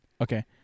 Okay